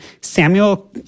Samuel